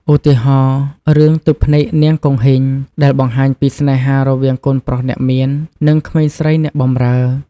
ឧទាហរណ៍ រឿង ទឹកភ្នែកនាងគង្ហីង ដែលបង្ហាញពីស្នេហារវាងកូនប្រុសអ្នកមាន និងក្មេងស្រីអ្នកបម្រើ។